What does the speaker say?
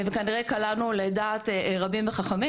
וכנראה קלענו לדעת רבים וחכמים